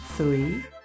Three